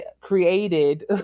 created